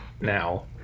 now